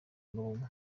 n’ubumwe